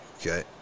Okay